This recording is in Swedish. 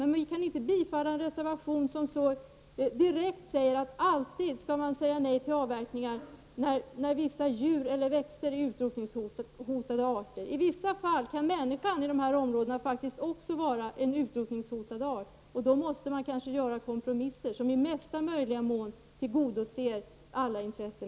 Men vi kan inte bifalla en reservation som så direkt innebär att man alltid skall säga nej till avverkningar när vissa djur eller växter är utrotningshotade. I vissa fall kan faktiskt även människan i dessa områden vara en utrotningshotad art. Och då måste man kanske göra kompromisser som i mesta möjliga mån tillgodoser alla intressen.